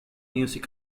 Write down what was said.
music